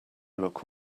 look